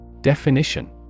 Definition